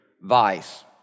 Vice